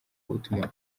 ubutumwa